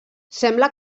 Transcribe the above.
sembla